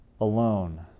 alone